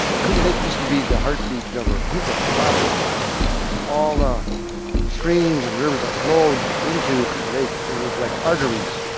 kootenay lake used to be the heartbeat of our people, the flat bow and all the streams and rivers that flowed into kootenay lake, it was like arteries